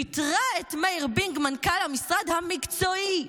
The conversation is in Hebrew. פיטרה את מאיר בינג, מנכ"ל המשרד המקצועי.